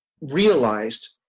realized